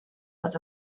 was